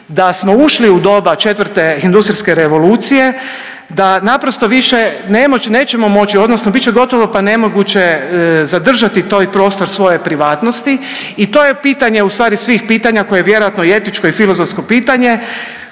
da smo ušli u doba četvrte industrijske revolucije, da naprosto više nećemo moći, odnosno bit će gotovo pa nemoguće zadržati taj prostor svoje privatnosti. I to je pitanje u stvari svih pitanja koje je vjerojatno i etičko i filozofsko pitanje